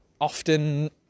often